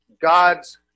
god's